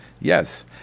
yes